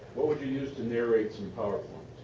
what would you use to narrate some powerpoints?